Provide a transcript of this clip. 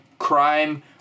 crime